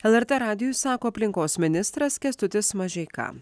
lrt radijui sako aplinkos ministras kęstutis mažeika